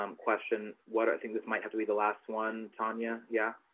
um question. what i think this might have to be the last one, tanya. yeah.